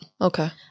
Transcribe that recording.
Okay